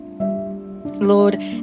Lord